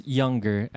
younger